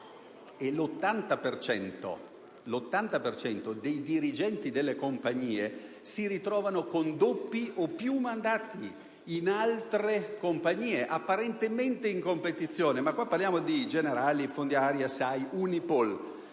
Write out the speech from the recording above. cento dei dirigenti delle compagnie assicurative si trovano con due o più mandati in altre compagnie apparentemente in competizione.